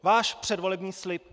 Váš předvolební slib!